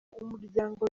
umuryango